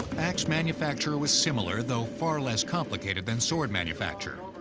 axe manufacture was similar, though far less complicated, than sword manufacture,